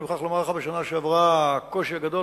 אני מוכרח לומר לך שבשנה שעברה הקושי הגדול